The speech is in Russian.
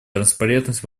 транспарентность